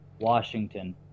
Washington